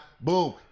boom